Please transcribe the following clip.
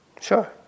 sure